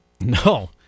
No